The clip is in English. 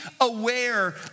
aware